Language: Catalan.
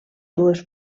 dues